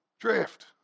Drift